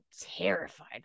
terrified